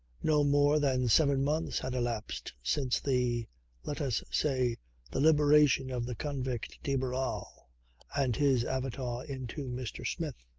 no more than seven months had elapsed since the let us say the liberation of the convict de barral and his avatar into mr. smith.